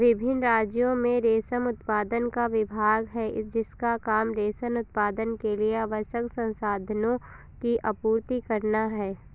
विभिन्न राज्यों में रेशम उत्पादन का विभाग है जिसका काम रेशम उत्पादन के लिए आवश्यक संसाधनों की आपूर्ति करना है